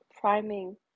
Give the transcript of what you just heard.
priming